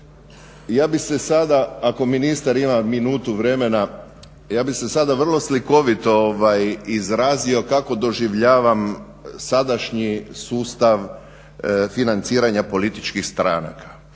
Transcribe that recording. ja bih se sada ako ministar ima minutu vremena, ja bih se sada vrlo slikovito izrazio kako doživljavam sadašnji sustav financiranja političkih stranaka,